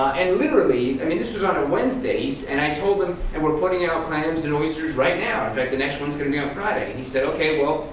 and literally, i mean this was on a wednesday, and i told him and we're putting out clams and oysters right now, in fact, the next one is going to be on friday. he said, okay, well,